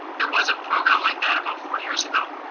there was a program like that about four years ago.